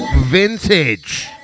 vintage